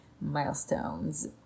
milestones